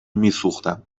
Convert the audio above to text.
میسوختم